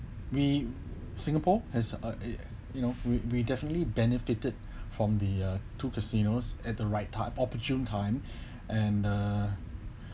we singapore has a uh you know we we definitely benefited from the uh two casinos at the right type opportune time and uh